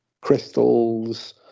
crystals